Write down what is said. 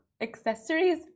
accessories